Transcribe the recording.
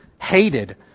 hated